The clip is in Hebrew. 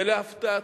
ולהפתעתי,